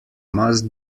must